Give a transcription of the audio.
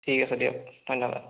ঠিক আছে দিয়ক ধন্যবাদ